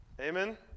Amen